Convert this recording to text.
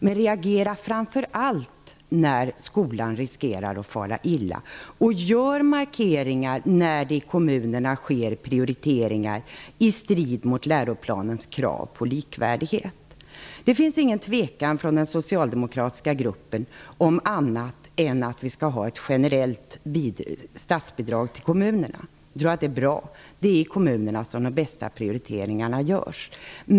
Men reagera framför allt när en skola riskerar att fara illa och gör markeringar när det i kommunerna sker prioriteringar som står i strid med läroplanens krav på likvärdighet! Det råder inget tvivel inom den socialdemokratiska gruppen. Vi tycker alltså att det skall vara ett generellt statsbidrag till kommunerna. Det är bra, därför att det är i kommunerna som de bästa prioriteringarna görs.